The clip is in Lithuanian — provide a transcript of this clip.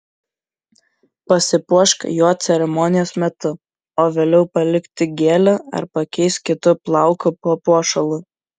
pasipuošk juo ceremonijos metu o vėliau palik tik gėlę ar pakeisk kitu plaukų papuošalu